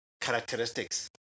Characteristics